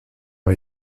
ont